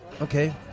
Okay